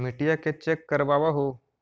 मिट्टीया के चेक करबाबहू?